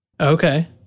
Okay